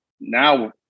now